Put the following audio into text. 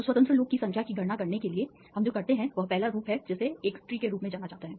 तो स्वतंत्र लूप की संख्या की गणना करने के लिए हम जो करते हैं वह पहला रूप है जिसे एक ट्री के रूप में जाना जाता है